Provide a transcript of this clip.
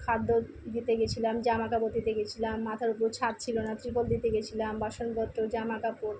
খাদ্য দিতে গেছিলাম জামাকাপড় দিতে গেছিলাম মাথার ওপর ছাদ ছিল না ত্রিপল দিতে গেছিলাম বাসনপত্র জামাকাপড়